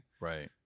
right